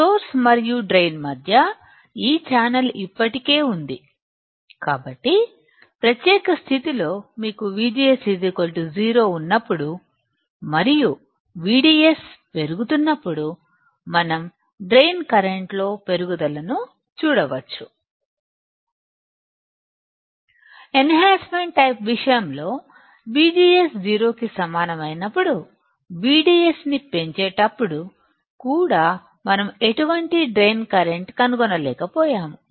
source మరియు drain మధ్య ఈ ఛానల్ఇప్పటికే ఉంది కాబట్టిప్రత్యేక స్థితిలో మీకు VGS0 ఉన్నప్పుడుమరియు VDS పెరుగుతున్నప్పుడు మనం డ్రైన్ కరెంట్ లో పెరుగుదలను చూడవచ్చు ఎన్హాన్సమెంట్ టైపు విషయం లోVGS 0 కి సమానం అయినప్పుడు VDS ని పెంచేటప్పుడు కూడా మనం ఎటువంటి డ్రైన్ కరెంట్ కనుగొన లేక పోయాము